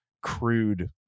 crude